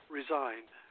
resigned